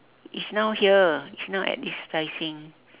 it's now here it's now at this tai seng